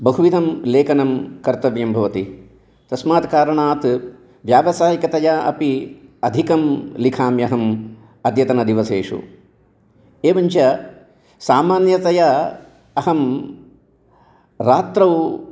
बहुविधं लेखनं कर्तव्यं भवति तस्मात् कारणात् व्यावसायिकतया अपि अधिकं लिखाम्यहम् अद्यतन दिवसेषु एवं च सामान्यतया अहं रात्रौ